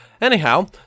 Anyhow